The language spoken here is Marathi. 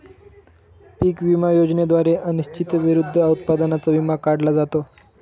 पीक विमा योजनेद्वारे अनिश्चिततेविरुद्ध उत्पादनाचा विमा काढला जातो